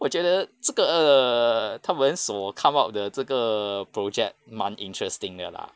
我觉得这个 err 他们所 come out 的这个 project 蛮 interesting 的 lah